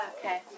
Okay